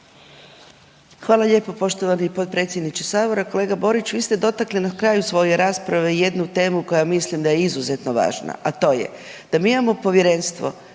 Hvala lijepo poštovani potpredsjedniče Sabora. Kolega Borić, vi ste dotakli na kraju svoje rasprave jednu temu koja mislim da je izuzetno važna, a to je da mi imamo Povjerenstvo